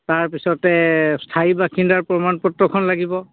তাৰপিছতে স্থায়ী বাসিন্দাৰ প্ৰমাণ পত্ৰখন লাগিব